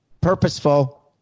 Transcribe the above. Purposeful